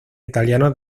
italianos